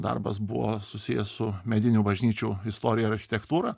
darbas buvo susijęs su medinių bažnyčių istorija ir architektūra